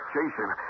Jason